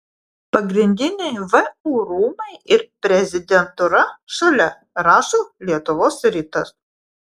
pagrindiniai vu rūmai ir prezidentūra šalia rašo lietuvos rytas